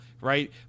right